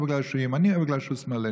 בגלל שהוא ימני או בגלל שהוא שמאלני,